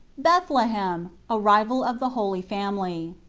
bethlehem. arrival of the holy family.